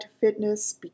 fitness